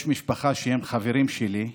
יש משפחה שהם חברים שלי,